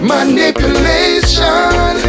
Manipulation